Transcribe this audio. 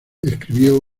escribió